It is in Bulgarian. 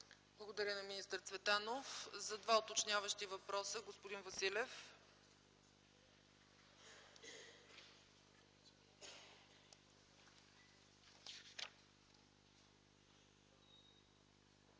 Благодаря на министър Цветанов. За два уточняващи въпроса има думата господин Василев.